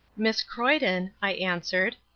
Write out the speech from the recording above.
miss croyden, i answered,